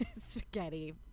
spaghetti